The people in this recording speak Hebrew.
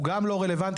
הוא גם לא רלוונטי.